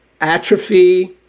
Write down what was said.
atrophy